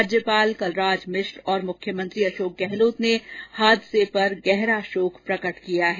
राज्यपाल कलराज मिश्र और मुख्यमंत्री अशोक गहलोत ने हादसे पर गहरा शोक प्रकट किया है